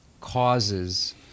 causes